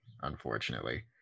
unfortunately